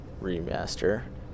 remaster